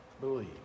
believe